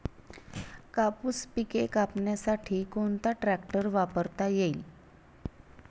कापूस पिके कापण्यासाठी कोणता ट्रॅक्टर वापरता येईल?